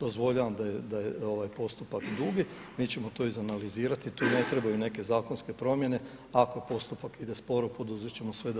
Dozvoljavam da je ovaj postupak dugi, mi ćemo to izanalizirati, tu ne trebaju neke zakonske promjene ako postupak ide sporo, poduzet ćemo sve